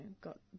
got